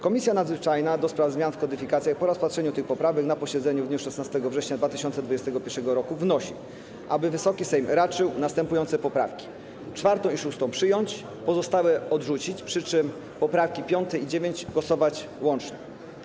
Komisja Nadzwyczajna do spraw zmian w kodyfikacjach po rozpatrzeniu tych poprawek na posiedzeniu w dniu 16 września 2021 r. wnosi, aby Wysoki Sejm raczył następujące poprawki: 4. i 6. przyjąć, pozostałe odrzucić, przy czym nad poprawkami 5. i 9. głosować łącznie.